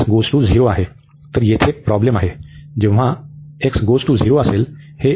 तर येथे प्रॉब्लेम आहे जेव्हा x → 0 असेल